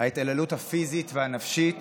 ההתעללות הפיזית והנפשית